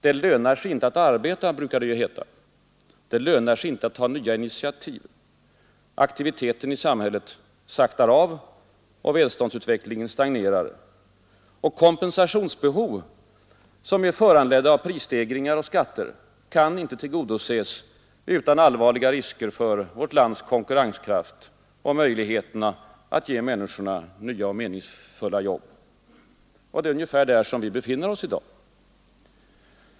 Det lönar sig inte att arbeta, brukar det heta. Det lönar sig inte att ta nya initiativ. Aktiviteten i samhället saktar av. Välståndsutvecklingen stagnerar. Kompensationsbehov föranledda av prisstegringar och skatter kan inte tillgodoses utan allvarliga risker för landets konkurrenskraft och möjligheter att ge människorna nya meningsfulla jobb. Och det är ju ungefär där som vi befinner oss i dag.